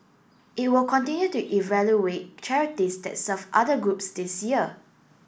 it will continue to evaluate charities that serve other groups this year